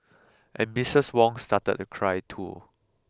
and Misses Wong started to cry too